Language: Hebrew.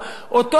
אותו אדם,